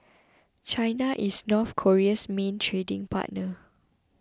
China is North Korea's main trading partner